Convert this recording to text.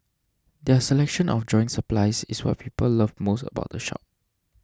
their selection of drawing supplies is what people love most about the shop